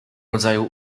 rodzaju